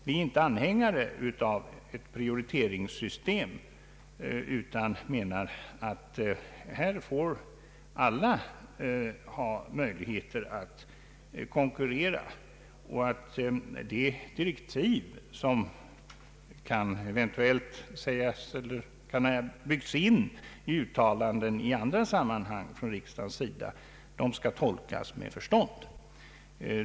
Vi är inte anhängare av ett prioriteringssystem utan anser att alla bör ha möjligheter att konkurrera och att de direktiv som eventuellt kan sägas ha byggts in i uttalanden i andra sammanhang från riksdagens sida skall tolkas med förstånd.